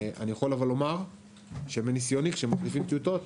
אני יכול אבל לומר, שמניסיוני כשמחליפים טיוטות,